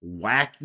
wacky